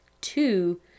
Two